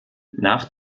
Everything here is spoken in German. nach